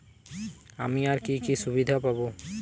আমি আর কি কি সুবিধা পাব?